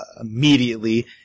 immediately